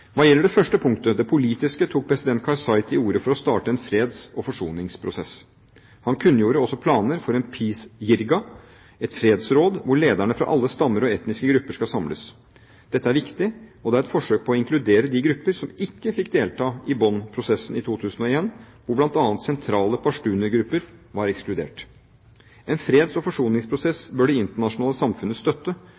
Hva gjelder det første punktet, det politiske, tok president Karzai til orde for å starte en freds- og forsoningsprosess. Han kunngjorde også planer for en «peace jirga», et fredsråd, hvor lederne fra alle stammer og etniske grupper skal samles. Dette er viktig, og det er et forsøk på å inkludere de grupper som ikke fikk delta i Bonn-prosessen i 2001, hvor bl.a. sentrale pashtuner-grupper var ekskludert. En freds- og forsoningsprosess